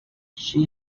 she